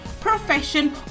profession